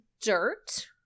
dirt